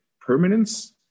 permanence